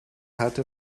hatte